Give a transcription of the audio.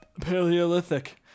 Paleolithic